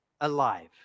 alive